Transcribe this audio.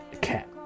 cat